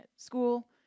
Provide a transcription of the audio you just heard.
School